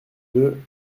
deux